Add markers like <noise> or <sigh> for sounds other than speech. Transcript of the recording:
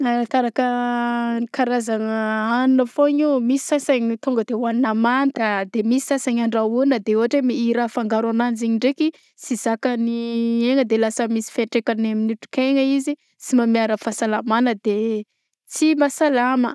Arakaraka karazana hanina foagnan'io misy sasagny tonga de hoanina manta de misy sasagny andrahoagna de ôtra hoe mi- i raha afangaro ananjy igny ndraiky tsy zakan'ny <hesitation> aigna de lasa misy fiatraikany amin'ny otrik'aigna izy sy manome ara-pahasalamana de tsy mahasalama.